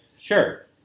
Sure